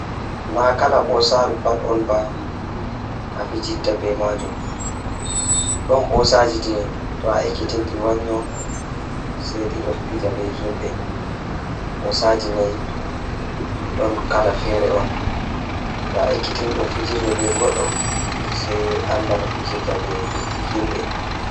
Haa nyande mi wawan mi dilla jahangal kilomitaaji sappo.